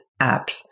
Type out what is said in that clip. apps